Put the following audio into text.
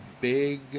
big